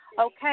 okay